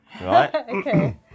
right